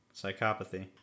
psychopathy